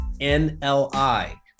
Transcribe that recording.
nli